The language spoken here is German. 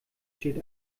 steht